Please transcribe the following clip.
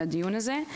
על הדיון הזה.